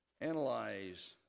analyze